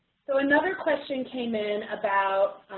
so another question came in about